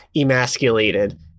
emasculated